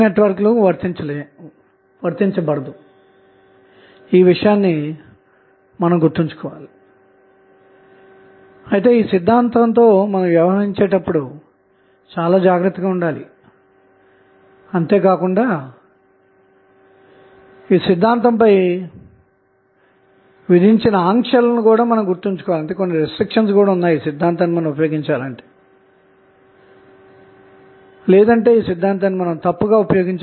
నేటి ఉపన్యాసంలో మనం సర్క్యూట్ లో ఆధారితమైన రిసోర్సెస్ కలిగి ఉన్నప్పుడు గరిష్టమైన పవర్ బదిలీ సిద్ధాంతాన్ని ఉపయోగించి ఎలా పరిష్కరించాలి తెలుసుకొందాము